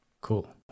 Cool